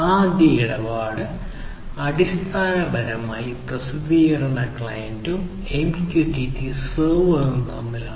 ആദ്യ ഇടപാട് അടിസ്ഥാനപരമായി പ്രസിദ്ധീകരണ ക്ലയന്റും MQTT സെർവറും തമ്മിലാണ്